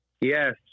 Yes